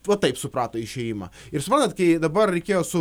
va taip suprato išėjimą ir jūs matot kai dabar reikėjo su